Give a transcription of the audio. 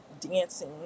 dancing